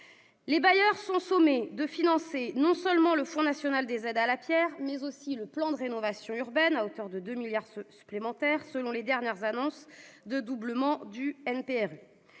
Les bailleurs sont sommés de financer non seulement le FNAP, mais aussi le plan de rénovation urbaine à hauteur de 2 milliards d'euros supplémentaires, selon les dernières annonces concernant le doublement du NPNRU.